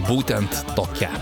būtent tokia